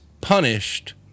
punished